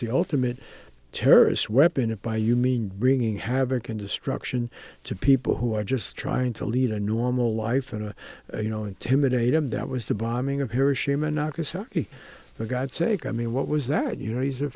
the ultimate terrorist weapon and by you mean bringing havoc and destruction to people who are just trying to lead a normal life and you know intimidated that was the bombing of hiroshima nagasaki for god's sake i mean what was that you know he's a